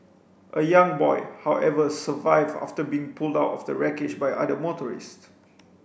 a young boy however survived after being pulled out of the wreckage by other motorists